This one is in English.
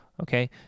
okay